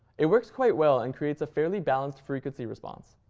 it works quite well and creates a fairly balanced frequency-response.